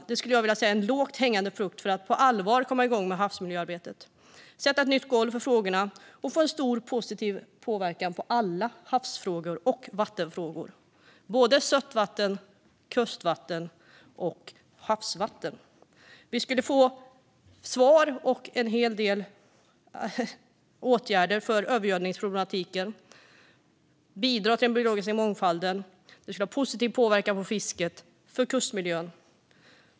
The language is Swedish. Detta skulle jag vilja säga är en lågt hängande frukt för att på allvar komma igång med havsmiljöarbetet, sätta ett nytt golv för frågorna och få en stor positiv påverkan på alla havsfrågor och vattenfrågor - sötvatten, kustvatten och havsvatten. Det skulle ge svar på och en hel del åtgärder för övergödningsproblematiken, bidra till den biologiska mångfalden, få en positiv påverkan på fisket och på kustmiljön.